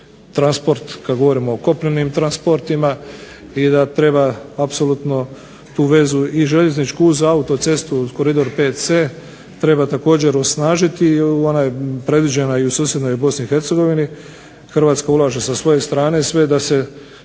transport kada govorimo o kopnenim transportima i da treba tu vezu i željezničku uz autocestu uz Koridor 5C treba također osnažiti i ona je predviđena i u susjednoj BiH. Hrvatska ulaže sa svoje strane sve da se